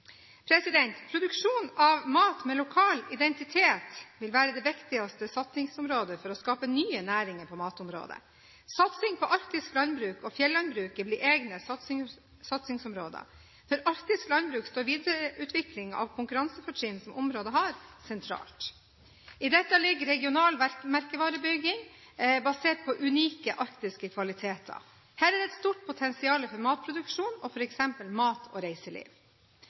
av mat med lokal identitet vil være det viktigste satsingsområdet for å skape nye næringer på matområdet. Satsing på arktisk landbruk og fjellandbruk blir egne satsingsområder. For arktisk landbruk står videreutvikling av konkurransefortrinn som området har, sentralt. I dette ligger regional merkevarebygging basert på unike arktiske kvaliteter. Her er det et stort potensial for matproduksjon, og f.eks. mat og reiseliv.